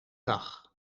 dag